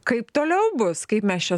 kaip toliau bus kaip mes čia